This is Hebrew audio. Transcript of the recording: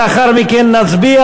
לאחר מכן נצביע.